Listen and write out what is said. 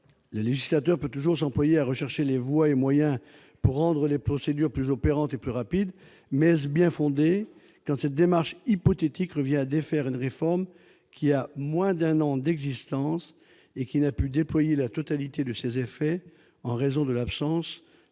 le législateur peut toujours s'employer à rechercher les voies et moyens pour rendre les procédures plus opérantes et plus rapides. Mais est-ce bien fondé quand cette démarche hypothétique revient à défaire une réforme qui a moins d'un an d'existence et qui n'a pu déployer la totalité de ses effets en raison de l'absence de publication